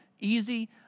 Easy